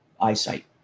eyesight